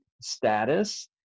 status